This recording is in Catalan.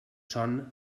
son